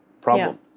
problem